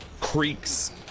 creaks